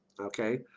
Okay